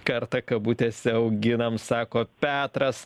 kartą kabutėse auginam sako petras